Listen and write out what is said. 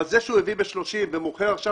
אבל זה שהוא הביא ב-30 שקלים ומוכר עכשיו